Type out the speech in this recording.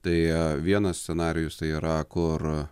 tai vienas scenarijus tai yra kur